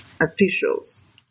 officials